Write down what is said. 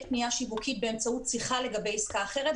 פנייה שיווקית באמצעות שיחה לגבי עסקה אחרת,